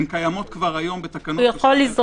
הן קיימות כבר היום, מ-2002.